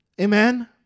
Amen